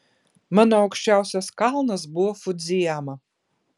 mano aukščiausias kalnas buvo fudzijama